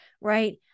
right